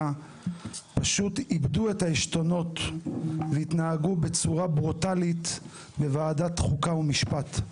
פשוט איבדו את העשתונות והתנהגו בצורה ברוטלית בוועדת חוקה ומשפט.